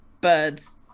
birds